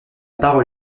parole